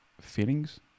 feelings